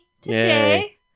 today